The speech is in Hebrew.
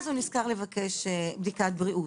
אז הוא נזכר לבקש בדיקה ממשרד הבריאות.